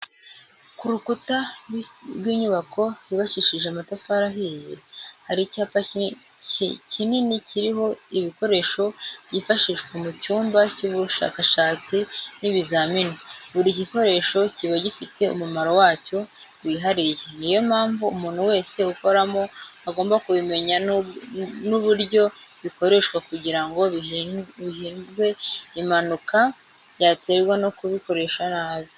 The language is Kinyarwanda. Ku rukukuta rw'inyubako yubakishije amatafari ahiye, hari icyapa kikini kiriho ibikoresho byifashishwa mu cyumba cy'ubushakashatsi n'ibizamini, buri gikoresho kiba gifite umumaro wacyo wihariye, niyo mpamvu umuntu wese ukoramo agomba kubimenya n'uburyo bikoreshwa kugira ngo hirindwe impanuka yaterwa no kubikoresha nabi.